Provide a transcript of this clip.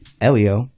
elio